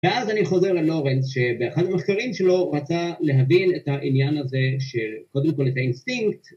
ואז אני חוזר ללורנס שבאחד המחקרים שלו רצה להבין את העניין הזה של קודם כל את האינסטינקט